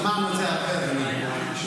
שמענו את זה הרבה, אדוני.